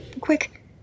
quick